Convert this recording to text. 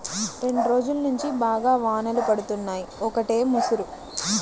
రెండ్రోజుల్నుంచి బాగా వానలు పడుతున్నయ్, ఒకటే ముసురు